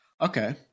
Okay